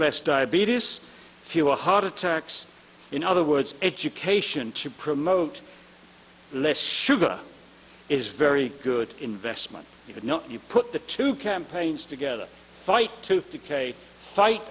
less diabetes fewer heart attacks in other words education to promote less sugar is very good investment you know you put the two campaigns together fight to decay fight